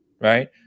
Right